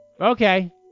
okay